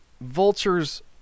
vultures